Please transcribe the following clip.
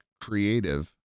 creative